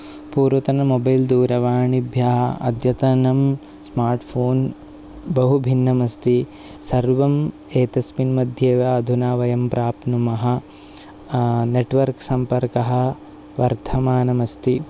पूर्वतनं मोबैल् दूरवाणीभ्यः अद्यतनं स्मार्ट् फोन् बहु भिन्नम् अस्ति सर्वम् एतस्मिन् मध्ये एव अधुना प्राप्नुमः नेट्वर्क् सम्पर्कः वर्धमानमस्ति